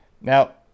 Now